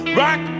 rock